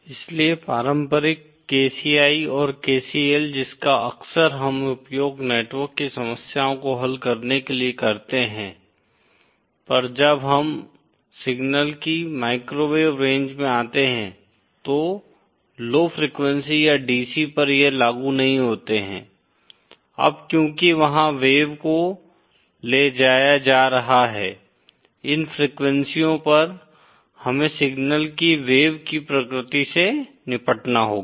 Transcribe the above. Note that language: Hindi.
इसलिए पारंपरिक KCl और KCL जिसका अक्सर हम उपयोग नेटवर्क की समस्याओं को हल करने के लिए करते हैं पर जब हम सिग्नल की माइक्रोवेव रेंज में आते हैं तो लौ फ्रीक्वेंसी या डीसी पर यह लागू नहीं होते हैं अब क्योंकि वहां वेव को ले जाया जा रहा है इन फ्रीक्वेंसीयों पर हमें सिग्नल की वेव की प्रकृति से निपटना होगा